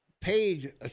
paid